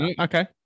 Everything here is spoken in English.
Okay